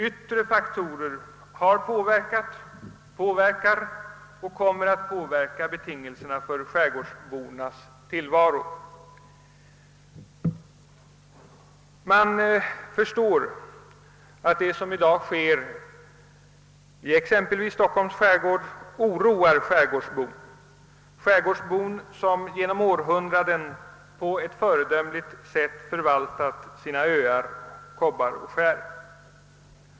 Yttre faktorer har påverkat, påverkar och kommer att påverka betingelserna för skärgårdsbornas tillvaro. Man förstår att det som i dag sker i exempelvis Stockholms skärgård oroar skärgårdsbon, som under århundraden på ett föredömligt sätt har förvaltat sina öar, kobbar och skär.